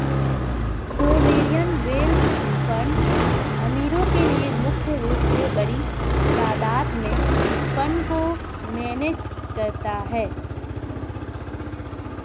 sovereign wealth fund अमीरो के लिए मुख्य रूप से बड़ी तादात में फंड को मैनेज करता है